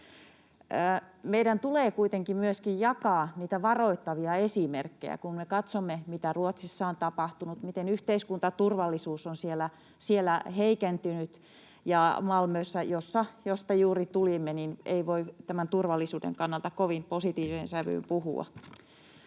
Meidän tulee kuitenkin myöskin jakaa niitä varoittavia esimerkkejä, kun me katsomme, mitä Ruotsissa on tapahtunut, miten yhteiskuntaturvallisuus on siellä heikentynyt, ja Malmöstä, josta juuri tulimme, ei voi tämän turvallisuuden kannalta kovin positiiviseen sävyyn puhua.